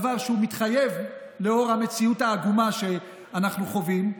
דבר מתחייב לנוכח המציאות העגומה שאנחנו חווים,